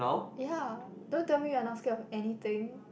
yea don't tell me you are not scared of anything